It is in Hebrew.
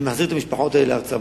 אני מחזיר את המשפחות האלה לארצן.